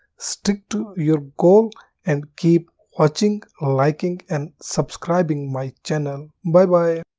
stick to your goal and keep watching liking and subscribing my channel. bye bye